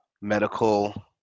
medical